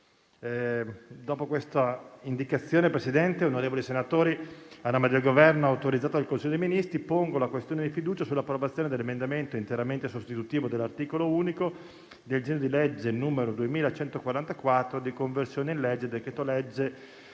successivamente. Signor Presidente, onorevoli senatori, a nome del Governo, autorizzato dal Consiglio dei ministri, pongo la questione di fiducia sull'approvazione dell'emendamento interamente sostitutivo dell'articolo unico del disegno di legge n. 2144, di conversione in legge del decreto-legge